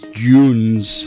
dunes